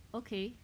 okay